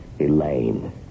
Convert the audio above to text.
Elaine